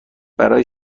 برای